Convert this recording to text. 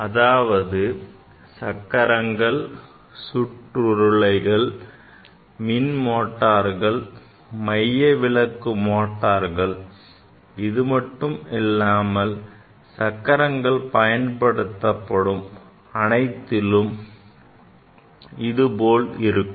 அதாவது சக்கரங்கள் சுற்றுருளைகள் மின் மோட்டார்கள் மையவிலக்கு மோட்டார்கள் இதுமட்டுமல்லாமல் சக்கரங்கள் பயன்படுத்தப்படும் அனைத்திலும் இது போல் இருக்கும்